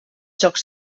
jocs